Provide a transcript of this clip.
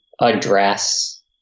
address